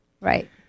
right